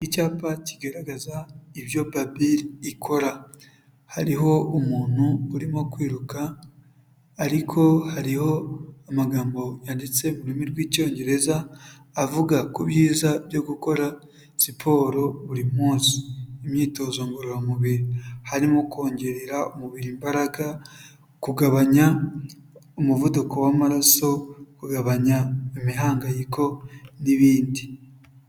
Icyapa kigaragaza ibyo babil ikora hariho umuntu urimo kwiruka ariko hariho amagambo yanditse mururimi rw'Icyongereza avuga ku byiza byo gukora siporo buri munsi, imyitozo ngororamubiri harimo kongerera umubiri imbaraga, kugabanya umuvuduko w'amaraso, ugabanya imihangayiko n'ibindi.